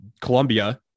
Colombia